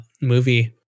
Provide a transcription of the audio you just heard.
movie